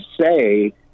say